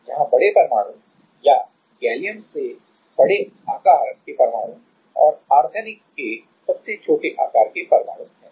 जहां बड़े परमाणु या गैलियम के सबसे बड़े आकार के परमाणु और आर्सेनिक के सबसे छोटे आकार के परमाणु हैं